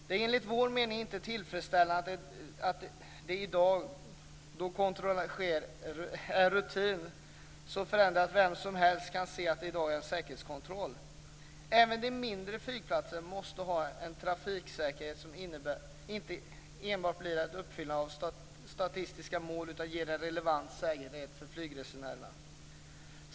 Det är inte tillfredsställande att rutinerna har förändrats så att vem som helst under de dagar då kontroll sker kan se att i dag utförs en säkerhetskontroll. Även mindre flygplatser måste ha en trafiksäkerhet som inte enbart blir ett uppfyllande av statistiska mål utan ger en relevant säkerhet för flygresenärerna.